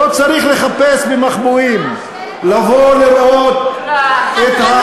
לא צריך לחפש במחבואים לבוא לראות את,